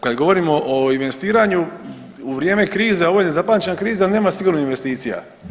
Kad govorimo o investiranju u vrijeme krize, ovo je nezapamćena kriza nema sigurno investicija.